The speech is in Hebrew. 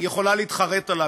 היא יכולה להתחרט עליו,